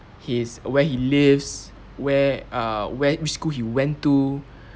his where he lives where err where which school he went to